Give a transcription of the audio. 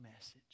message